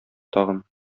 тагын